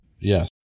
Yes